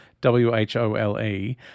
W-H-O-L-E